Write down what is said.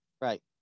right